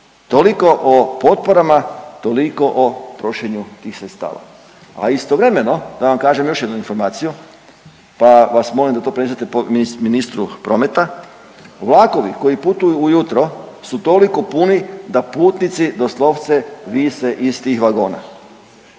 toliko o potporama, toliko o trošenju tih sredstava. A istovremeno da vam kažem još jednu informaciju, pa vas molim da to prenesete ministru prometa. Vlakovi koji putuju u jutro su toliko puni, da putnici doslovce vise iz tih vagona.